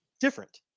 different